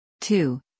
Two